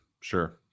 sure